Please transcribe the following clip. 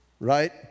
Right